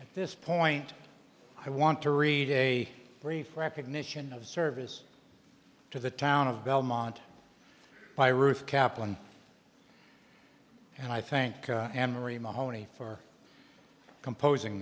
at this point i want to read a brief recognition of service to the town of belmont by ruth kaplan and i thank amery mahoney for composing